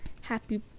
happy